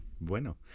Bueno